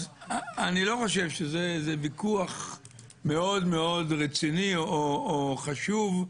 אז אני לא חושב שזה ויכוח מאוד רציני או חשוב,